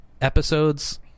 episodes